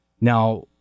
Now